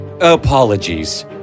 apologies